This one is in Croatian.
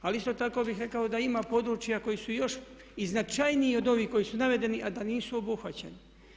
Ali isto tako bih rekao da ima područja koja su još i značajnija od ovih koja su navedena, a da nisu obuhvaćena.